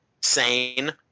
sane